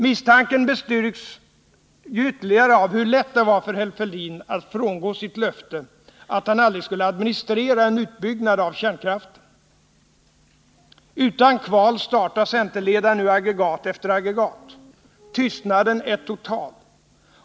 Misstanken bestyrks ju ytterligare av hur lätt det var för herr Fälldin att frångå sitt löfte att han aldrig skulle administrera en utbyggnad av kärnkraften. Utan kval startar centerledaren nu aggregat efter aggregat. Tystnaden är total.